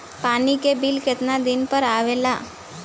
पानी के बिल केतना दिन पर आबे ला?